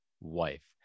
wife